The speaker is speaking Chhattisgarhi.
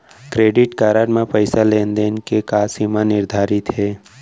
क्रेडिट कारड म पइसा लेन देन के का सीमा निर्धारित हे?